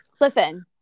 Listen